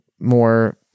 more